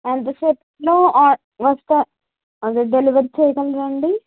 ఎంతసేపట్లో ఆ వస్తా అదే డెలివరీ చేయడానికండి